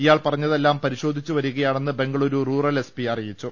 ഇയാൾ പറഞ്ഞ തെല്ലാം പരിശോധിച്ചുവരികയാണെന്ന് ബംഗളുരു റൂറൽ എസ് പി അറിയിച്ചു